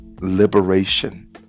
liberation